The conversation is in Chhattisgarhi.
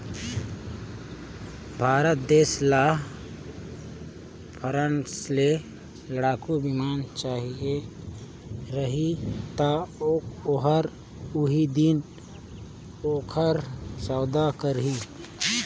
भारत देस ल फ्रांस ले लड़ाकू बिमान चाहिए रही ता ओहर ओही दिन ओकर सउदा करही